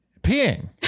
peeing